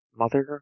mother